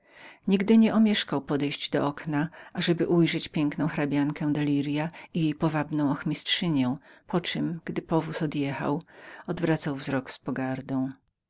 jednak nie omieszkał ujrzeć piękną hrabiankę i jej powabną ochmistrzynię po czem gdy powóz przyjechał odwracał wzrok z pogardą